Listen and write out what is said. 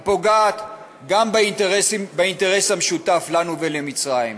שגם הפוגעת באינטרס המשותף לנו ולמצרים.